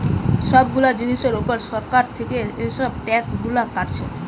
সব গুলা জিনিসের উপর সরকার থিকে এসব ট্যাক্স গুলা কাটছে